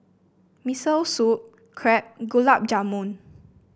Miso Soup Crepe Gulab Jamun